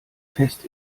fest